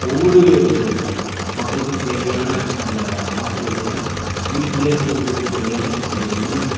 ஒவ்வொரு மக்களுக்கும் தேவையான அந்த மாத்தரைகளை வீட்டுலையே வந்து கொடுக்கும்படியாய் இந்த இல்லம்